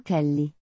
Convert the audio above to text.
Kelly